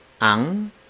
ang